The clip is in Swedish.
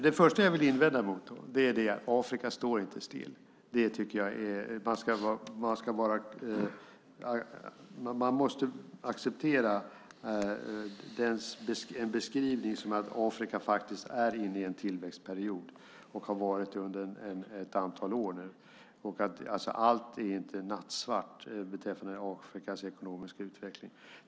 Fru talman! Jag håller nästan helt med Kent Persson. Det första jag vill invända emot är att Afrika står still. Man måste acceptera beskrivningen att Afrika faktiskt är inne i en tillväxtperiod och har varit det under ett antal år nu. Allt är inte nattsvart beträffande Afrikas ekonomiska utveckling.